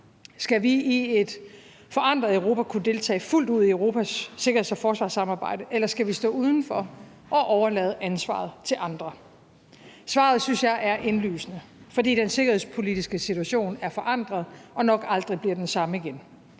Skal vi i et forandret Europa kunne deltage fuldt ud i Europas sikkerheds- og forsvarssamarbejde, eller skal vi stå uden for og overlade ansvaret til andre? Svaret synes jeg er indlysende, fordi den sikkerhedspolitiske situation er forandret og nok aldrig bliver den samme igen.